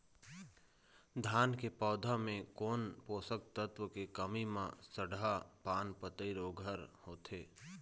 धान के पौधा मे कोन पोषक तत्व के कमी म सड़हा पान पतई रोग हर होथे?